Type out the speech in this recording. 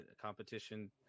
competition